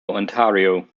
ontario